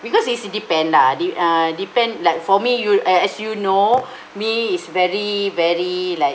because it's depend lah de~ uh depend like for me you as as you know me is very very like